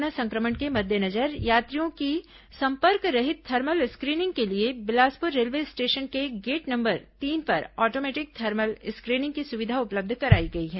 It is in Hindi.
कोरोना संक्रमण के मद्देनजर यात्रियों की संपर्क रहित थर्मल स्क्रीनिंग के लिए बिलासपुर रेलवे स्टेशन के गेट नंबर तीन पर आटोमैटिक थर्मल स्क्रीनिंग की सुविधा उपलब्ध कराई गई है